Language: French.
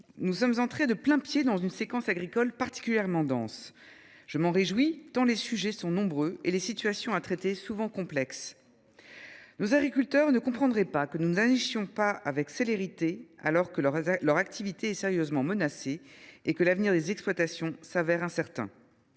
nous sommes entrés de plain pied dans une séquence agricole particulièrement dense. Je m’en réjouis, tant les sujets sont nombreux et les situations à traiter souvent complexes. Nos agriculteurs ne comprendraient pas que nous n’agissions pas avec célérité, alors que leur activité est sérieusement menacée et que l’avenir des exploitations est incertain.